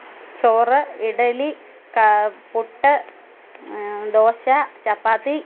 ചോറ് ഇഡ്ഡലി പുട്ട് ദോശ ചപ്പാത്തി